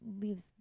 leaves